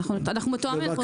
אנחנו מתואמים.